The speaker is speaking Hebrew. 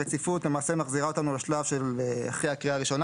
הרציפות למעשה מחזירה אותנו לשלב של אחרי הקריאה הראשונה